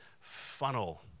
funnel